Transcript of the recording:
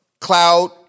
cloud